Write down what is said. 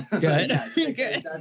Good